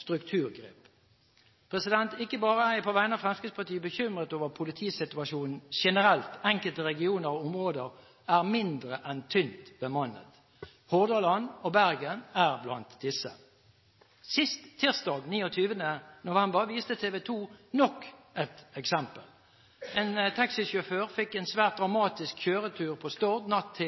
strukturgrep. Ikke bare er jeg på vegne av Fremskrittspartiet bekymret over politisituasjonen generelt. Enkelte regioner og områder er mindre enn tynt bemannet. Hordaland og Bergen er blant disse. Sist tirsdag, den 29. november, viste TV 2 nok et eksempel. En taxisjåfør fikk en svært dramatisk kjøretur på Stord natt